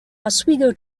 oswego